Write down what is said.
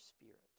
spirit